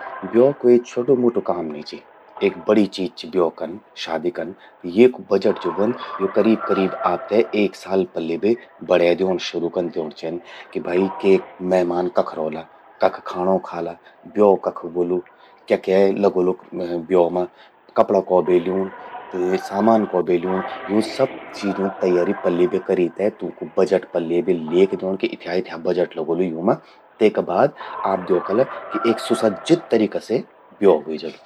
ब्यो क्वे छ्वोटु-म्वोटु काम नी चि। एक बड़ी चीज चि ब्यो कन, शादी कन। येकु बजट ज्वो व्हंद, स्वो आपते करीब करीब एक साल पलि बे बणे द्योण शुरू करि द्योण चेंद, कि भई के मेहमान कख रौला, कख खाणौ खाला, ब्यो कख व्होलु, क्या क्या लगौलु ब्यो मां, कपड़ा कौ बे ल्यूंण, सामान कौ बे ल्यूंण, यूं सब चीजों की तैयारि पल्ये बे करि ते, तूंकु बजट पल्ये बे ल्येख द्यौंण कि इथ्या इथ्या बजट लगोलू यूं मां। तेका बाद आप द्योखला कि एक सुसज्जित तरीका से ब्यो व्हे जलु।